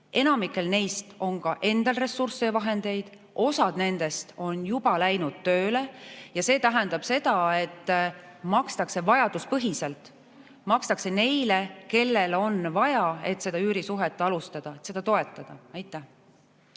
Enamikul neist on ka endal ressursse ja vahendeid, osa nendest on juba läinud tööle. Ja see tähendab seda, et makstakse vajaduspõhiselt, makstakse neile, kellel on vaja, et üürisuhet alustada. Seda tahame toetada. Mihhail